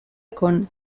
con